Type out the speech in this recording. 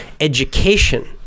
education